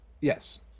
Yes